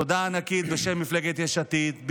תודה ענקית בשם מפלגת יש עתיד,